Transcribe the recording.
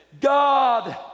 God